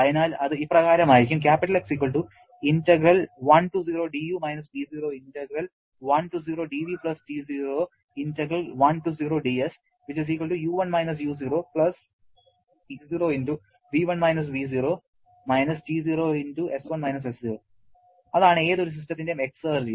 അതിനാൽ അത് ഇപ്രകാരമായിരിക്കും അതാണ് ഏതൊരു സിസ്റ്റത്തിന്റെയും എക്സർജി